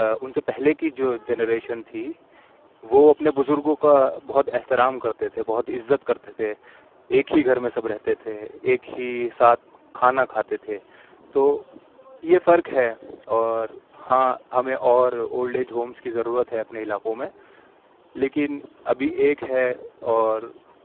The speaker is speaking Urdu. ان سے پہلے کی جو جنریشن تھی وہ اپنے بزرگوں کا بہت احترام کرتے تھے بہت عزت کرتے تھے ایک ہی گھر میں سب رہتے تھے ایک ہی ساتھ کھانا کھاتے تھے تو یہ فرق ہے اور ہاں ہمیں اور اولڈ ایج ہومس کی ضرورت ہے اپنے علاقوں میں لیکن ابھی ایک ہے اور